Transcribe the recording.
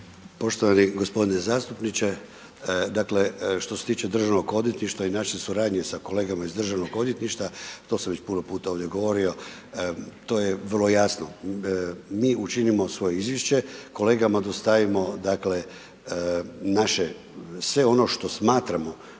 Poštovani g. zastupniče, dakle što se tiče Državnog odvjetništva i naše suradnje sa kolegama iz Državnog odvjetništva, to sam već puno šuta ovdje govorio, to je vrlo jasno. Mi učinimo svoje izvješće, kolegama dostavimo dakle naše sve ono što smatramo